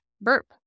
burp